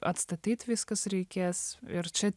atstatyt viskas reikės ir čia